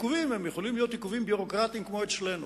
העיכובים יכולים להיות עיכובים ביורוקרטיים כמו אצלנו.